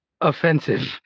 offensive